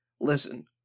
Listen